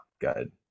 good